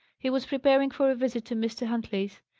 he was preparing for a visit to mr. huntley's.